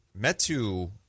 Metu